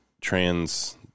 trans